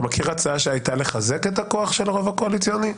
אתה מכיר הצעה שהייתה לחזק את הכוח של הרוב הקואליציוני,